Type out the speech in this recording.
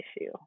issue